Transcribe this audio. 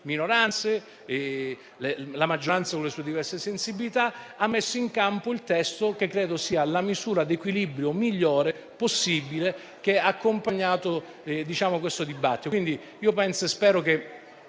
minoranze e la maggioranza, con le sue diverse sensibilità, hanno messo in campo un testo che credo rappresenti la misura di equilibrio migliore possibile che ha accompagnato il dibattito.